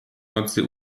nocy